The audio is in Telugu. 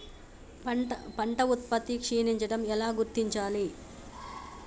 పంట ఉత్పత్తి క్షీణించడం ఎలా గుర్తించాలి?